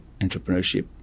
entrepreneurship